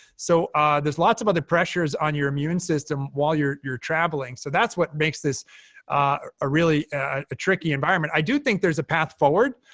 so ah there's lots of other pressures on your immune system while you're traveling, traveling, so that's what makes this a really ah ah tricky environment. i do think there's a path forward.